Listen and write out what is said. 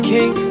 King